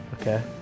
Okay